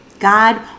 God